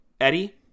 Eddie